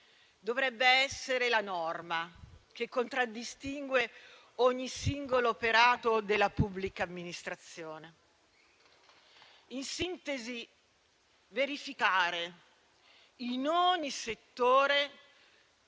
dovrebbe essere la norma che contraddistingue ogni singolo operato della pubblica amministrazione. In sintesi: verificare, in ogni settore,